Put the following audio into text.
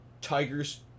Tigers